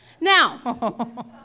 now